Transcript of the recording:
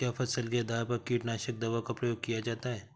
क्या फसल के आधार पर कीटनाशक दवा का प्रयोग किया जाता है?